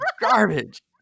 garbage